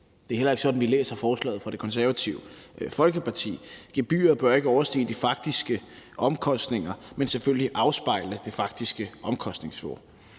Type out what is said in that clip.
Det er heller ikke sådan, vi læser forslaget fra Det Konservative Folkeparti. Gebyret bør ikke overstige de faktiske omkostninger, men selvfølgelig afspejle det faktiske omkostningsniveau.